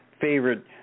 favorite